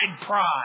pride